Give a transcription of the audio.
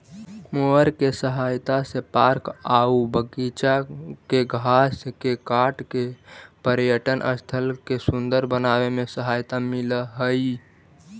mower के सहायता से पार्क आऊ बागिचा के घास के काट के पर्यटन स्थल के सुन्दर बनावे में सहायता मिलऽ हई